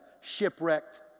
shipwrecked